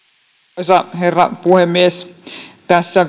arvoisa herra puhemies tässä